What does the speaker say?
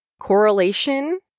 Correlation